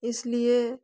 इसलिए